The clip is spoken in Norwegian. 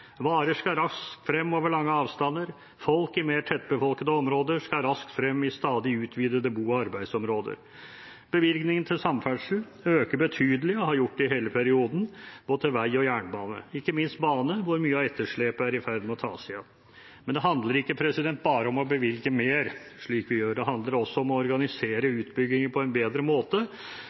Varer skal raskt frem over lange avstander, folk i mer tettbefolkede områder skal raskt frem i stadig utvidede bo- og arbeidsområder. Bevilgningen til samferdsel øker betydelig, og har gjort det i hele perioden, både til vei og jernbane – ikke minst bane, hvor mye av etterslepet er i ferd med å tas igjen. Men det handler ikke bare om å bevilge mer, slik vi gjør, det handler også om å organisere utbyggingen på en bedre måte,